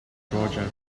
georgia